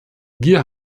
wir